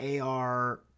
AR